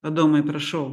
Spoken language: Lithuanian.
adomai prašau